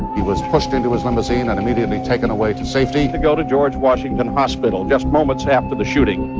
he was pushed into his limousine and immediately taken away to safety to go to george washington hospital just moments after the shooting